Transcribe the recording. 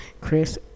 Chris